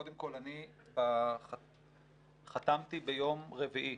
קודם כל אני חתמתי ביום רביעי,